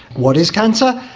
what is cancer?